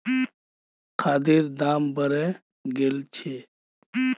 खादेर दाम बढ़े गेल छे